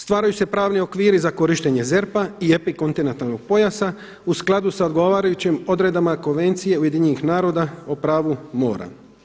Stvaraju se pravni okviri za korištenje ZERP-a i epikontinentalnog pojasa u skladu sa odgovarajućim odredbama Konvencije Ujedinjenih naroda o pravu mora.